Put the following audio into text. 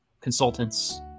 consultants